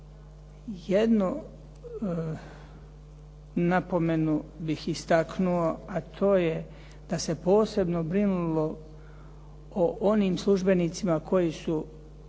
Jednu napomenu bih istaknuo, a to je da se posebno brinulo o onim službenicima koji su